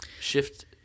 Shift